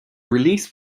release